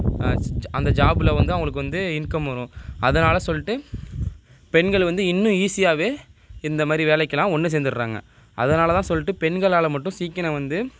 அந்த ஜாபில் வந்து அவங்களுக்கு வந்து இன்கம் வரும் அதனால சொல்லிட்டு பெண்களும வந்து இன்னும் ஈஸியாகவே இந்த மாதிரி வேலைக்கெலாம் ஒன்று சேர்ந்துர்றாங்க அதனால தான் சொல்லிட்டு பெண்களால் மட்டும் சீக்கிரம் வந்து